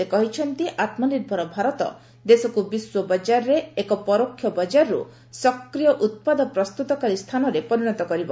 ସେ କହିଛନ୍ତି 'ଆତ୍ମନିର୍ଭର ଭାରତ' ଦେଶକୁ ବିଶ୍ୱବଜ୍ଞାରରେ ଏକ ପରୋକ୍ଷ ବଜାରରୁ ସକ୍ରିୟ ଉତ୍ପାଦ ପ୍ରସ୍ତୁତକାରୀ ସ୍ଥାନରେ ପରିଣତ କରିବ